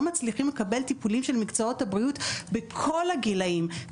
מצליחים לקבל טיפולים של מקצועות הבריאות בכל הגילאים.